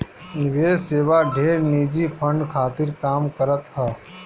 निवेश सेवा ढेर निजी फंड खातिर काम करत हअ